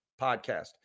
podcast